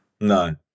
No